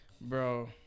Bro